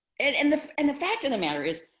and and the and the fact of the matter is,